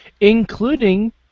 Including